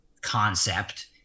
concept